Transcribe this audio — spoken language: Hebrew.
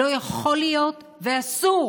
לא יכול להיות ואסור